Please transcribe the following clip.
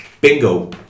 bingo